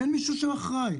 אין מישהו שאחראי.